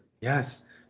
Yes